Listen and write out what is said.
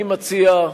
אני מציע,